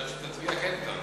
אומרת שהיא כן תצביע אתנו.